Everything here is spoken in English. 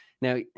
now